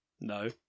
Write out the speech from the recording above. No